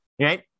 Right